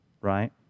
right